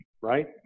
Right